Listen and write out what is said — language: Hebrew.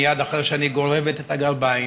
מייד אחרי שאני גורבת את הגרביים,